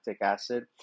acid